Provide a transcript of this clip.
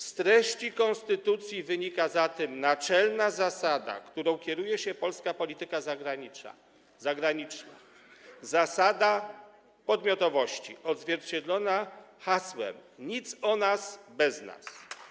Z treści konstytucji wynika zatem naczelna zasada, którą kieruje się polska polityka zagraniczna - zasada podmiotowości odzwierciedlona hasłem: nic o nas bez nas.